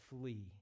flee